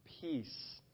peace